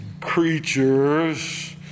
creatures